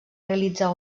realitzar